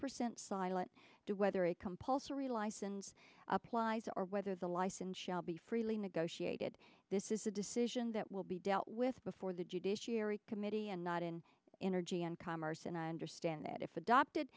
percent silent to whether a compulsory license applies or whether the license shall be freely negotiated this is a decision that will be dealt with before the judiciary committee and not in energy and commerce and i understand that if adopted